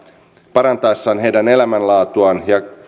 parantaessaan heidän elämänlaatuaan ja